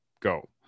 go